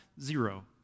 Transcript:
Zero